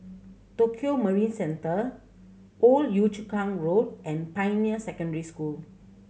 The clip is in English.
Tokio Marine Centre Old Yio Chu Kang Road and Pioneer Secondary School